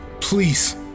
please